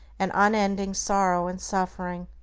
and unending sorrow and suffering.